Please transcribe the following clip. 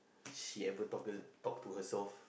she ever talk talk to herself